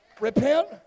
Repent